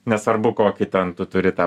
nesvarbu kokį ten tu turi tą